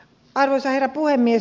arvoisa herra puhemies